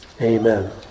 Amen